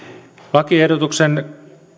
lakiehdotuksen